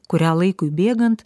kurią laikui bėgant